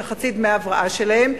את חצי דמי ההבראה שלהם.